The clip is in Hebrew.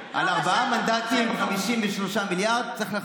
צריך לדעת,